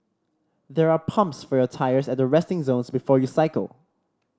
there are pumps for your tyres at the resting zones before you cycle